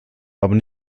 aber